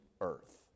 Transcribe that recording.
earth